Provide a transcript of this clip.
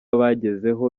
bagezeho